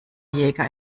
jäger